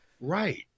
Right